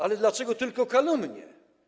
Ale dlaczego tylko kalumnie?